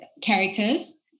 characters